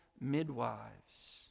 Midwives